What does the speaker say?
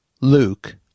Luke